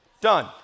Done